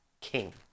king